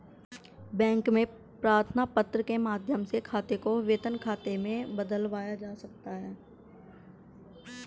bank में प्रार्थना पत्र के माध्यम से खाते को वेतन खाते में बदलवाया जा सकता है